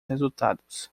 resultados